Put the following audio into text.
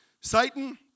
Satan